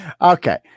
Okay